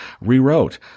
rewrote